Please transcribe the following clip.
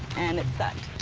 and it sucked.